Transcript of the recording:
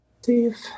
Steve